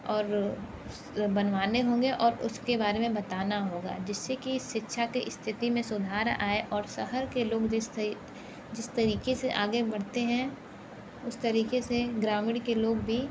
और बनवाने होंगे और उसके बारे में बताना होगा जिससे कि शिक्षा की स्थिति में सुधार आए और शहर के लोग जिस तइ जिस तरीके से आगे बढ़ते हैं उस तरीके से ग्रामीण के लोग भी